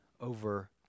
over